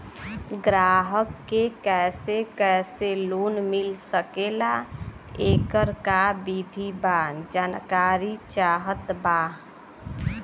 ग्राहक के कैसे कैसे लोन मिल सकेला येकर का विधि बा जानकारी चाहत बा?